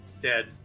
dead